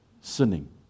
sinning